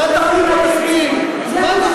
לו היית מציע חוקים אחרים, היו, מה חשוב?